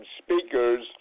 speakers